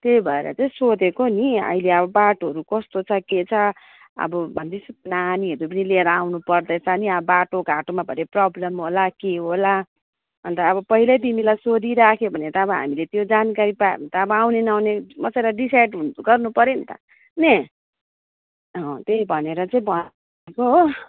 त्यही भएर चाहिँ सोधेको नि अहिले अब बाटोहरू कस्तो छ के छ अब भन्दैछु नानीहरू पनि लिएर आउनु पर्दैछ नि अब बाटोघाटोमा भरे प्रब्लम होला के होला अन्त अब पहिलै तिमीलाई सोधिराख्यो भने त अब हामी त्यो जानकारी पायो भने त अब आउने नआउने बसेर डिसाइड गर्नुपर्यो नि त नि अँ त्यही भनेर चाहिँ हो